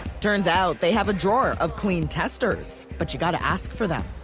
turns out they have a drawer of clean testers but you got to ask for them.